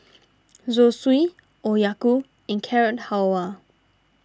Zosui Okayu and Carrot Halwa